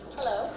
Hello